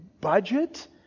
budget